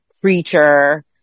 creature